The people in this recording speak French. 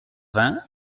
vingt